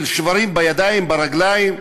שברים בידיים וברגליים.